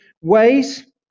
ways